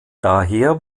daher